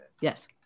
yes